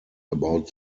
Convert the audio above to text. about